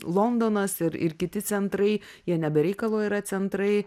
londonas ir ir kiti centrai jie ne be reikalo yra centrai